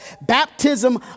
Baptism